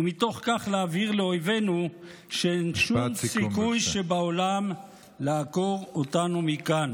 ומתוך כך להבהיר לאויבינו שאין סיכוי שבעולם לעקור אותנו מכאן.